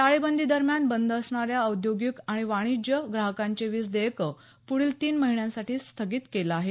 टाळेबंदी दरम्यान बंद असणाऱ्या औद्योगिक आणि वाणिज्य ग्राहकांचे वीज देयक पुढील तीन महिन्यासाठी स्थगित केलं आहे